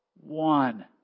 one